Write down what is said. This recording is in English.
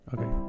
Okay